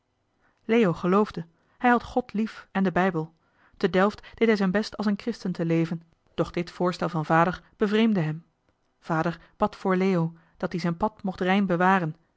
leo geloofde hij had god lief en den bijbel te delft deed hij zijn best als een christen te leven doch dit voorstel van vader bevreemdde hem vader bad voor leo dat die zijn pad mocht rein bewaren